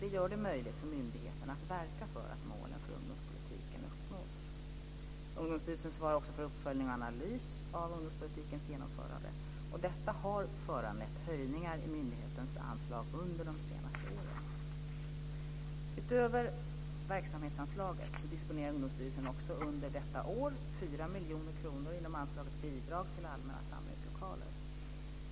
Det gör det möjligt för myndigheten att verka för att målen för ungdomspolitiken uppnås. Ungdomsstyrelsen svarar också för uppföljning och analys av ungdomspolitikens genomförande. Detta har föranlett höjningar i myndighetens anslag under de senaste åren. Utöver verksamhetsanslaget disponerar Ungdomsstyrelsen också under detta år 4 miljoner kronor inom anslaget Bidrag till allmänna samlingslokaler.